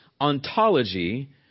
ontology